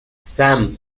sam